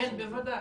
כן, בוודאי.